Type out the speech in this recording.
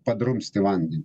padrumsti vandenį